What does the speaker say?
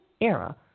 era